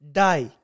die